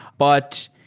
but,